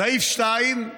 סעיף 2,